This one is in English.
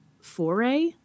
foray